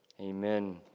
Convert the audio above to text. Amen